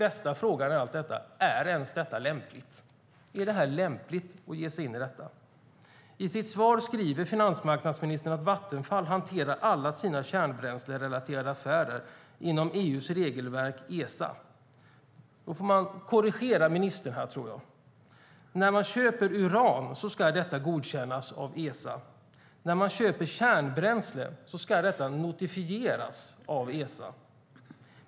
Är det lämpligt att ge sig in i detta? Finansmarknadsministern sade i sitt svar att Vattenfall hanterar alla sina kärnbränslerelaterade affärer inom EU:s regelverk Esa. Låt mig korrigera ministern. När man köper uran ska detta godkännas av Esa. När man köper kärnbränsle ska detta notifieras till Esa.